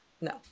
no